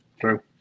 true